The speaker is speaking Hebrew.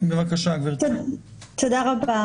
תודה רבה